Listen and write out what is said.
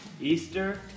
Easter